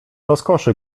rozkoszy